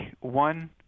one